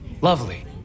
Lovely